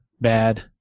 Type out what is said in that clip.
bad